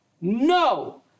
no